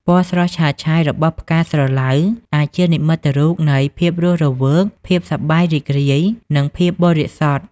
ពណ៌ស្រស់ឆើតឆាយរបស់ផ្កាស្រឡៅ អាចជានិមិត្តរូបនៃ ភាពរស់រវើក ភាពសប្បាយរីករាយ និងភាពបរិសុទ្ធ។